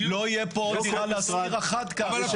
לא תהיה פה עוד דירה אחת להשכיר.